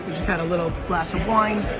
we just had a little glass of wine.